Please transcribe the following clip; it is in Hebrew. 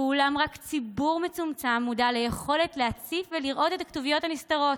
אולם רק ציבור מצומצם מודע ליכולת להציף ולראות את הכתוביות הנסתרות.